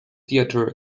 theatre